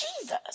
Jesus